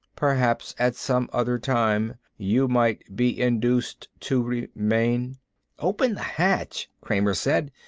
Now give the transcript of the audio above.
perhaps at some other time you might be induced to remain. open the hatch! kramer said,